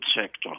sector